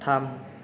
थाम